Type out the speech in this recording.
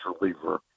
reliever